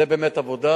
זו באמת עבודה.